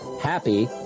happy